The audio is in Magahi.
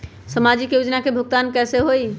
समाजिक योजना के भुगतान कैसे होई?